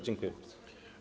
Dziękuję bardzo.